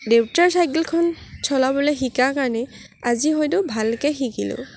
দেউতাৰ চাইকেলখন চলাবলৈ শিকাৰ কাৰণে আজি হয়তো ভালকৈ শিকিলোঁ